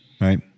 right